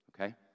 okay